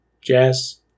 Jazz